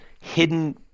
hidden